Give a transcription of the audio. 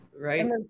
Right